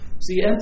See